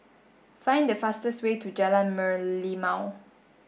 find the fastest way to Jalan Merlimau